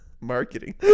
Marketing